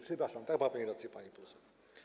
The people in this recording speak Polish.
Przepraszam, tak, ma pani rację, pani poseł.